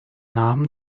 namen